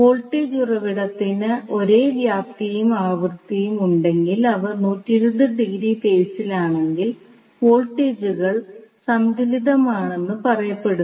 voltage ഉറവിടത്തിന് ഒരേ വ്യാപ്തിയും ആവൃത്തിയും ഉണ്ടെങ്കിൽ അവ 120 ഡിഗ്രി ഫേസിലാണെങ്കിൽ വോൾട്ടേജുകൾ സന്തുലിതമാണെന്ന് പറയപ്പെടുന്നു